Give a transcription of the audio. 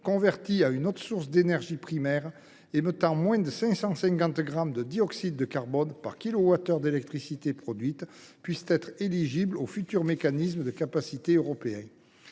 converties à une autre source d’énergie primaire pour émettre moins de 550 grammes de dioxyde de carbone par kilowattheure puissent être éligibles au futur mécanisme de capacité européen.